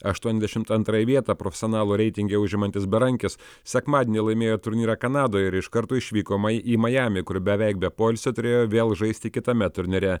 aštuoniasdešimt antrąją vietą profesionalų reitinge užimantis berankis sekmadienį laimėjo turnyrą kanadoje ir iš karto išvyko ma į majamį kur beveik be poilsio turėjo vėl žaisti kitame turnyre